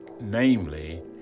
namely